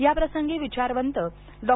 याप्रसंगी विचारवंत डॉ